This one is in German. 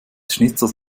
schnitzers